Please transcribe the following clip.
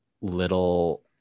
little